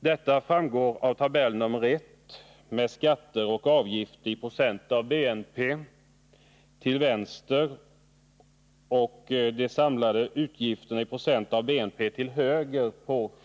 Detta framgår av tabell nr 1 med skatter och avgifter i procent av BNP till vänster och de samlade offentliga utgifterna i procent av BNP till höger.